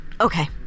Okay